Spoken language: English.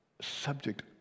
subject